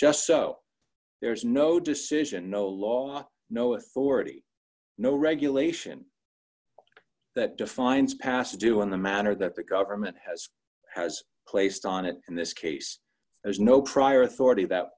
just so there's no decision no law no authority no regulation that defines pass to do in the manner that the government has has placed on it in this case there is no prior authority that